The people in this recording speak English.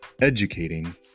educating